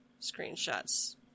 screenshots